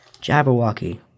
Jabberwocky